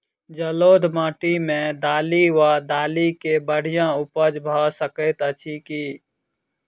जलोढ़ माटि मे दालि वा दालि केँ बढ़िया उपज भऽ सकैत अछि की?